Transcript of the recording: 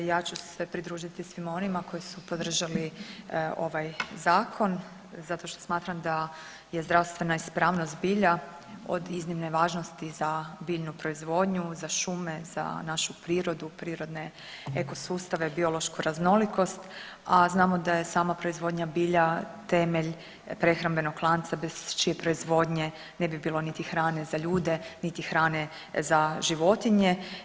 Ja ću se pridružiti svima onima koji su podržali ovaj zakon zato što smatram da je zdravstvena ispravnost bilja od iznimne važnosti za biljnu proizvodnju, za šume, za našu prirodu, prirodne eko sustave, biološku raznolikost, a znamo da je sama proizvodnja bilja temelj prehrambenog lanca bez čije proizvodnje ne bi bilo niti hrane za ljude, niti hrane za životinje.